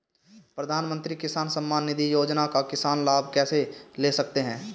प्रधानमंत्री किसान सम्मान निधि योजना का किसान लाभ कैसे ले सकते हैं?